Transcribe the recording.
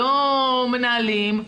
לא מנהלים,